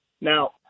Now